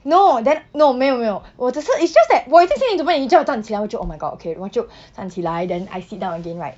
no then no 没有没有我只是 it's just that 我已经心理准备你叫我站起来我就 oh my god okay 我就 站起来 then I sit down again right